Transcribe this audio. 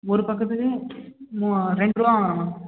ஒரு பக்கத்துக்கு ரெண்டு ரூவா வாங்குறோம் மேம்